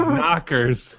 knockers